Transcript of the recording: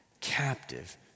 captive